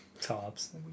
Tops